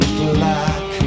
black